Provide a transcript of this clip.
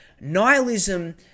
Nihilism